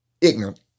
ignorant